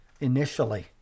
initially